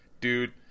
dude